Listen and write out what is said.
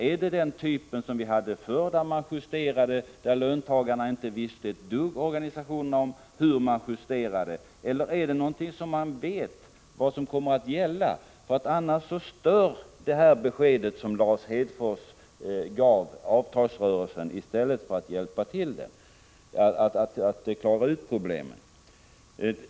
Är det den typ som vi hade förr, då löntagarnas organisationer inte visste ett dugg om vilka justeringar som var att vänta? Eller är det meningen att man skall veta vad som kommer att gälla? Annars kommer det besked som Lars Hedfors gav att störa avtalsrörelsen i stället för att underlätta den.